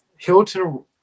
Hilton